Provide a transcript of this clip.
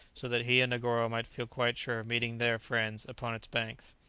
so that he and negoro might feel quite sure of meeting their friends upon its banks.